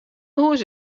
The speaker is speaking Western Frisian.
hûs